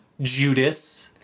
Judas